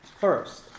First